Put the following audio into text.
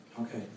Okay